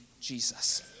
Jesus